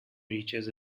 reaches